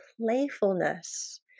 playfulness